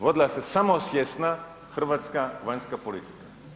Vodila se samosvjesna hrvatska vanjska politika.